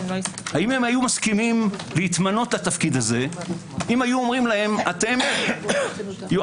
האם היו מסכימים להתמנות לתפקיד זה לו היו אומרים להם: אתם יועצים.